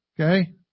Okay